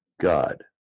God